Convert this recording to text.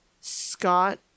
Scott